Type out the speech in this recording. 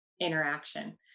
interaction